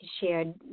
Shared